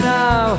now